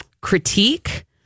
Critique